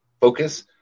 focus